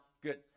Good